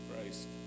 Christ